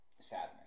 sadness